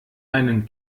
einen